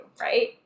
right